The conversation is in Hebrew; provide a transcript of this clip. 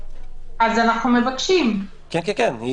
מעסיק שאפשר כניסה של עובדים למקום העבודה או